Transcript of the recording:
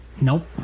Nope